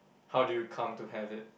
how do you come to have it